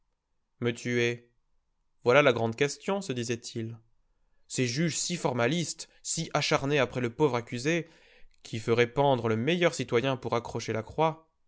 me tuer voilà la grande question se disait-il ces juges si formalistes si acharnés après le pauvre accusé qui feraient pendre le meilleur citoyen pour accrocher la croix